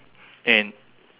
and